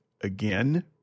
again